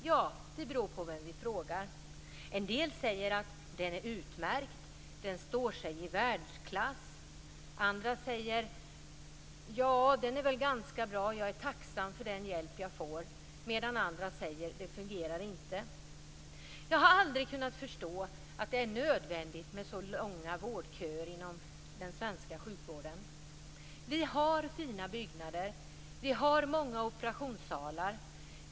Ja, det beror på vem vi frågar. En del säger att den är utmärkt, att den står i världsklass. Andra säger: Ja, den är väl ganska bra. Jag är tacksam för den hjälp jag får. Ytterligare andra säger: Den fungerar inte. Jag har aldrig kunnat förstå att det är nödvändigt med så långa vårdköer inom den svenska sjukvården. Vi har fina byggnader. Vi har många operationssalar.